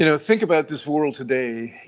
you know think about this world today,